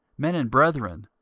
men and brethren,